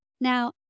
Now